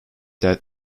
that